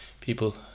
people